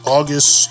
August